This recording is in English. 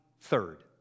third